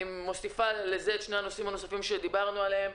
אני מוסיפה לזה את שני הנושאים הנוספים שדיברנו עליהם: